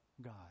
God